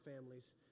families